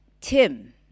Tim